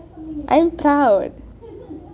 I'm proud